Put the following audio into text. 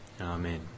Amen